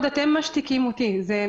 שהן מאוד משמעותיות בתוך החברה.